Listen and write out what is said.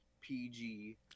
PG